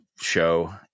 Show